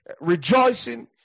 rejoicing